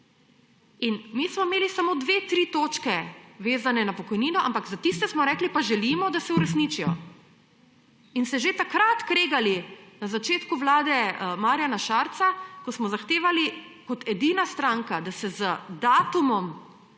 Mi smo imeli samo dve, tri točke vezane na pokojnino, ampak za tiste smo pa rekli, da želimo, da se uresničijo. In se že takrat, na začetku vlade Marjana Šarca kregali, ko smo zahtevali kot edina stranka, da se z datumom